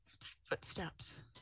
footsteps